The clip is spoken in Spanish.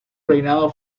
reinado